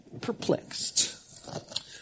perplexed